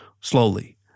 slowly